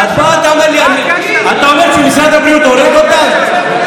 אתה אומר שמשרד הבריאות הורג אותם?